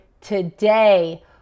today